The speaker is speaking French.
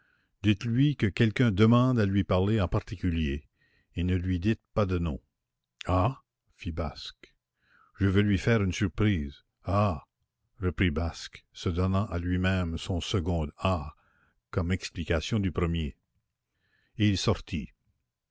dites-lui que quelqu'un demande à lui parler en particulier et ne lui dites pas de nom ah fit basque je veux lui faire une surprise ah reprit basque se donnant à lui-même son second ah comme explication du premier et il sortit